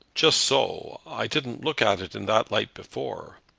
just so! i didn't look at it in that light before.